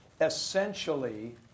essentially